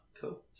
Cool